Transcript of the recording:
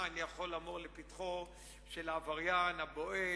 אני יכול לומר לשבחו של העבריין הבועל,